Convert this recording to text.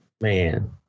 Man